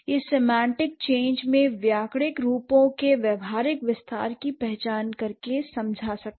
यह semantic change में व्याकरणिक रूपों के व्यावहारिक विस्तार की पहचान करके समझा जा सकता है